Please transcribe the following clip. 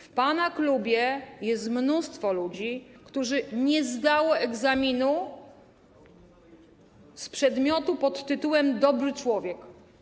W pana klubie jest mnóstwo ludzi, którzy nie zdali egzaminu z przedmiotu pt. dobry człowiek.